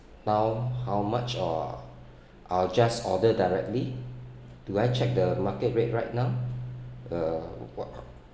now how much are I'll just order directly do I check the market rate right now uh what